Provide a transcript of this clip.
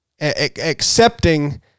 Accepting